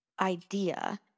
idea